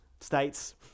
states